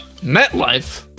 MetLife